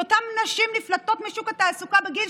כי אותן נשים נפלטות משוק התעסוקה בגיל